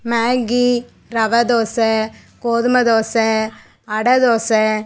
Maggi rava dosa கோதுமை தோசை அடை தோசை